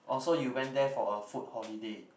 oh so you went there for a food holiday